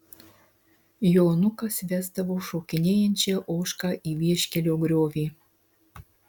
jonukas vesdavo šokinėjančią ožką į vieškelio griovį